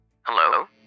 Hello